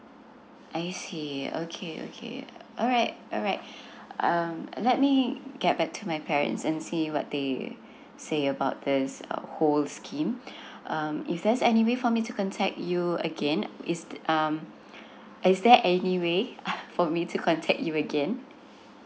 I see okay okay alright alright um let me get back to my parents and see what they say about this um whole scheme um if there's any way for me to contact you again is um is there any way for me to contact you again